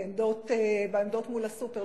בעמדות מול הקופות בסופר.